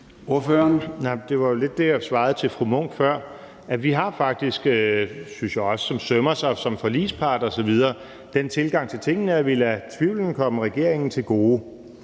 Det var lidt det, jeg svarede til fru Signe Munk før. Vi har faktisk, hvilket jeg også synes sømmer sig som forligspart osv., den tilgang til tingene, at vi lader tvivlen komme regeringen til gode.